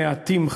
המעטים,